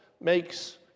makes